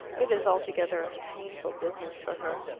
it is altogether a painful business for her.